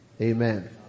amen